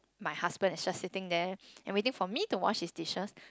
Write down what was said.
my husband is just sitting there and waiting for me to wash his dishes